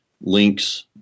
links